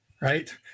right